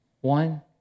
One